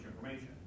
information